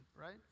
right